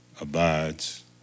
abides